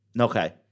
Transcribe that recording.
Okay